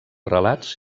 relats